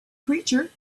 creature